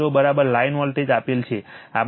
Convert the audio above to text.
આપણે VL angle શૂન્ય લખીએ છીએ